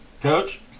Coach